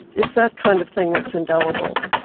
it's that kind of thing that's indelible.